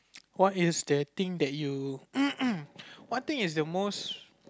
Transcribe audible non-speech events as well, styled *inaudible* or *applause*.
what is the thing that you *noise* what thing is the most